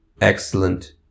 excellent